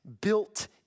built